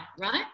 right